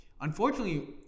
Unfortunately